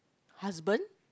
husband